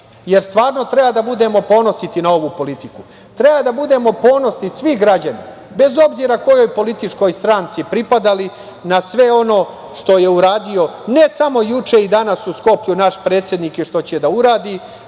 jer stvarno treba da budemo ponositi na ovu politiku. Treba da budemo ponosni, svi građani, bez obzira kojoj političkoj stranci pripadali, na sve ono što je uradio ne samo juče i danas u Skoplju naš predsednik i što će da uradi,